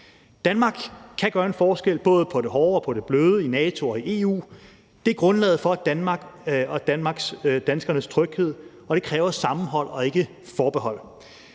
Danmark kan gøre en forskel, hvad angår både det hårde og det bløde i NATO og i EU. Det er grundlaget for Danmarks og danskernes tryghed, og det kræver sammenhold og ikke forbehold.